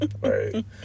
Right